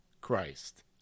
Christ